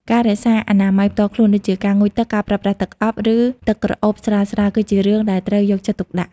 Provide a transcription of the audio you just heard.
ការរក្សាអនាម័យផ្ទាល់ខ្លួនដូចជា ការងូតទឹក ការប្រើប្រាស់ទឹកអប់ ឬទឹកក្រអូបស្រាលៗ គឺជារឿងដែលត្រូវយកចិត្តទុកដាក់។